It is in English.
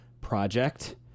project